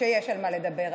שיש על מה לדבר,